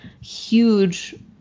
huge